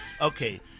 okay